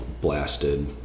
blasted